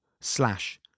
slash